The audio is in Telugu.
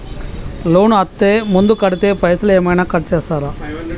లోన్ అత్తే ముందే కడితే పైసలు ఏమైనా కట్ చేస్తరా?